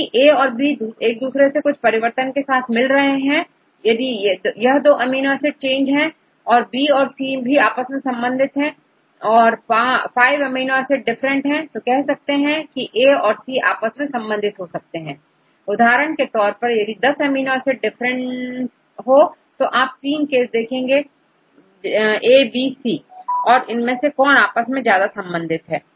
यदि ए और बी एक दूसरे से कुछ परिवर्तन के साथ मिल रही है यदि यह दो अमीनो एसिड चेंज है और बी और C भी आपस में समान है और 5 अमीनो एसिड डिफरेंट है तो कह सकते हैं कीA औरC आपस में संबंधित हो सकती हैं उदाहरण के तौर पर यदि10 अमीनो एसिड डिफरेंस हो तो आप 3केस देखेंगे ए बी और C और देखेंगे कि कौन आपस में ज्यादा संबंधित है